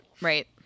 right